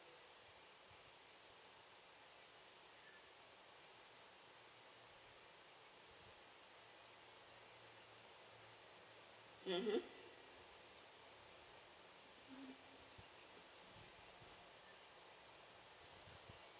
mmhmm